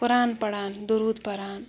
قۄران پَران دروٗد پَران